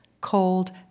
cold